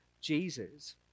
Jesus